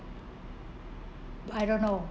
I don't know